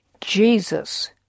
Jesus